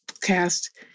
cast